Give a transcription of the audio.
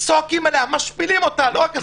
צועקים עליה, משפילים אותה, לא רק הסגנון.